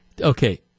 Okay